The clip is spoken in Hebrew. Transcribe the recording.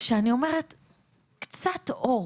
שאני אומרת, צריך לתת קצת אור,